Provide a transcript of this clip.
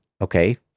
okay